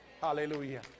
Hallelujah